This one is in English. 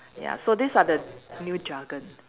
ya so this are the new jargon